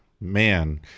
man